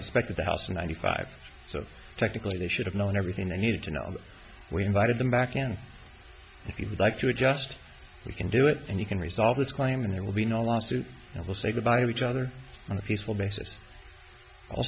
inspected the house in ninety five so technically they should have known everything they needed to know we invited them back and if you'd like to adjust we can do it and you can resolve this claim and there will be no lawsuit and i will say goodbye to each other on a peaceful basis i